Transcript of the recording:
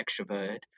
extrovert